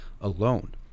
alone